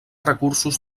recursos